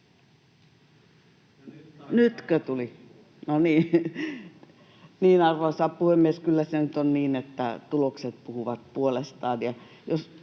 Nytkö tuli? No niin. — Arvoisa puhemies! Kyllä se nyt on niin, että tulokset puhuvat puolestaan.